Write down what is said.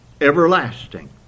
Everlasting